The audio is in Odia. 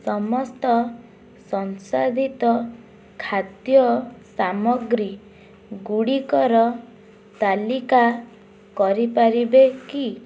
ସମସ୍ତ ସଂସାଧିତ ଖାଦ୍ୟ ସାମଗ୍ରୀ ଗୁଡ଼ିକର ତାଲିକା କରିପାରିବେ କି